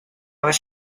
was